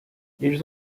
ils